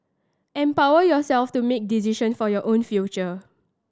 empower yourself to make decision for your own future